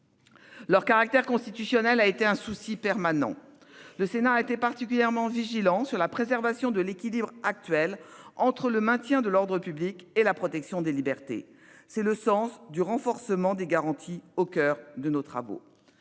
Leur caractère constitutionnel a été un souci permanent. Le Sénat a particulièrement veillé à la préservation de l'équilibre actuel entre le maintien de l'ordre public et la protection des libertés. C'est le sens du renforcement des garanties que j'évoquais